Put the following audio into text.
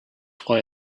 why